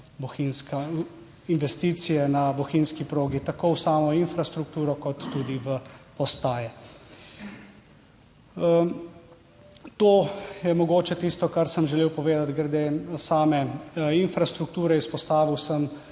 bohinjska, investicije na Bohinjski progi, tako v samo infrastrukturo kot tudi v postaje. To je mogoče tisto, kar sem želel povedati glede same infrastrukture. Izpostavil sem